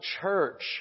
church